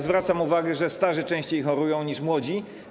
Zwracam uwagę, że starzy częściej chorują niż młodzi.